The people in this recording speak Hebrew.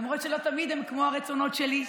למרות שלא תמיד הם כמו הרצונות שלי.